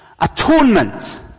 atonement